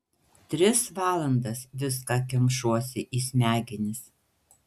tris valandas viską kemšuosi į smegenis